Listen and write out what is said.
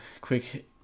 quick